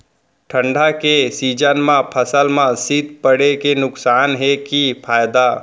ठंडा के सीजन मा फसल मा शीत पड़े के नुकसान हे कि फायदा?